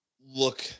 look